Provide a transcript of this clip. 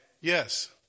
yes